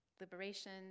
liberation